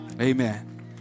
Amen